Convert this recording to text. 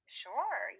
sure